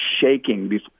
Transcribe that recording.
shaking